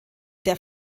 der